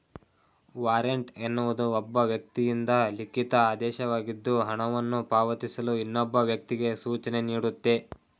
warrant ಎನ್ನುವುದು ಒಬ್ಬ ವ್ಯಕ್ತಿಯಿಂದ ಲಿಖಿತ ಆದೇಶವಾಗಿದ್ದು ಹಣವನ್ನು ಪಾವತಿಸಲು ಇನ್ನೊಬ್ಬ ವ್ಯಕ್ತಿಗೆ ಸೂಚನೆನೀಡುತ್ತೆ